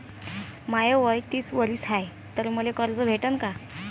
माय वय तीस वरीस हाय तर मले कर्ज भेटन का?